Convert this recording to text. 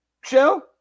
show